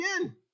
again